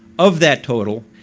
of that total,